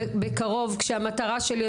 בקרוב כשהמטרה שלי,